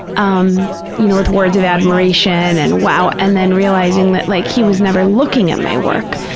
um you know, with words of admiration and wow, and then realizing that like he was never looking at my work.